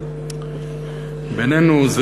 בינינו,